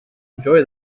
enjoy